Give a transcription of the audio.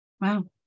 Wow